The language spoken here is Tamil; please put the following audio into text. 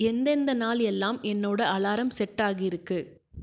எந்தெந்த நாள் எல்லாம் என்னோட அலாரம் செட் ஆகியிருக்கு